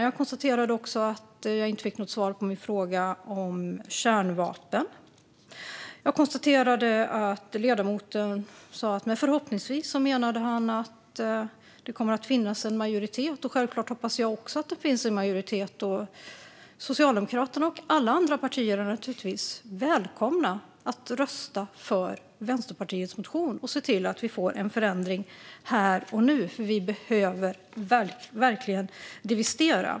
Jag konstaterar också att jag inte fick något svar på min fråga om kärnvapen. Ledamoten sa att han med "förhoppningsvis" menade att han har en förhoppning om att det kommer att finnas en majoritet, och det hoppas självklart jag också. Socialdemokraterna och alla andra partier är naturligtvis välkomna att rösta för Vänsterpartiets motion och se till att vi får en förändring här och nu, för vi behöver verkligen divestera.